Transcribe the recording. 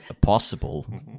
possible